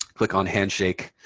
click on handshake.